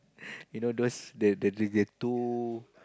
you know those the the the two